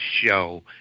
show